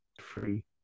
Free